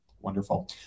Wonderful